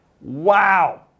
Wow